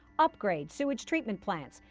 upgrade sewage treatment plants,